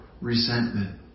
resentment